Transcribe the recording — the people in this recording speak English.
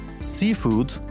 seafood